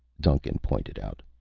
duncan pointed out.